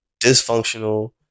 Dysfunctional